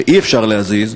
שאי-אפשר להזיז,